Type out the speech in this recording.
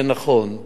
זה נכון.